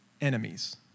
enemies